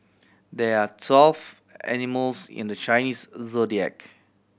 there are twelve animals in the Chinese Zodiac